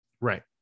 Right